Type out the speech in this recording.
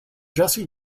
jesse